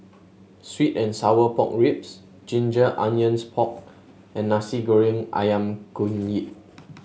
sweet and Sour Pork Ribs Ginger Onions Pork and Nasi Goreng ayam kunyit